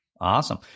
Awesome